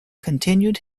continued